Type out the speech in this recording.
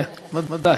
כן, ודאי.